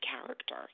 character